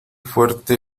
fuerte